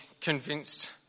convinced